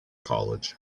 college